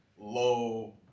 low